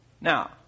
Now